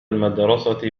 المدرسة